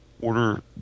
order